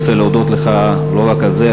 רוצה להודות לך לא רק על זה,